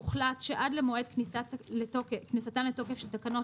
הוחלט: תיקון פקודת התעבורה עד למועד כניסתן לתוקף של תקנות